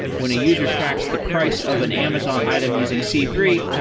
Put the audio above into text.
when a user tracks the price of an amazon item using c three,